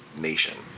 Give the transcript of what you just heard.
nation